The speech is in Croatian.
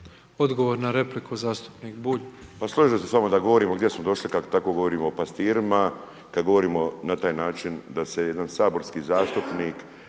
Odgovor na repliku, zastupnik Bulj.